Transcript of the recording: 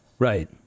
Right